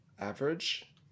average